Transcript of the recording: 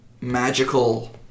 magical